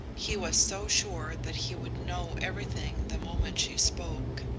he was so sure that he would know everything the moment she spoke.